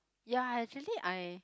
ya actually I